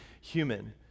human